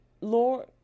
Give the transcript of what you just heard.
Lord